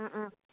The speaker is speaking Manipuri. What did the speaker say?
ꯑꯥ ꯑꯥ